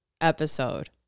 episode